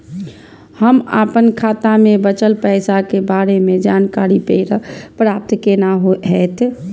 हम अपन खाता में बचल पैसा के बारे में जानकारी प्राप्त केना हैत?